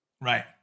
Right